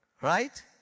Right